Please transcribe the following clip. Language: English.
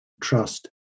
Trust